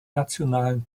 nationalen